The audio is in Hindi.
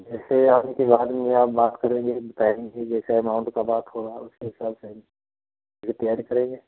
जैसे आपकी गाइड में आप बात करेंगे टाइम से जैसे अमाउंट का बात होगा उस हिसाब से पर एड करेंगे